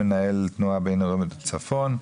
מנהל תנועה בינעירוני צפון.